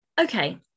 okay